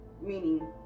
meaning